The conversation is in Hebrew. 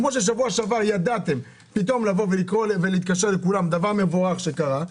כמו ששבוע שעבר ידעתם פתאום להתקשר לכולם דבר מבורך שקרה,